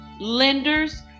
lenders